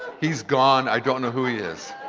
he's gone, i don't know who he is.